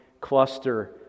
cluster